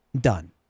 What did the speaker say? done